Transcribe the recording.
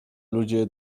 ludzie